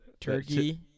turkey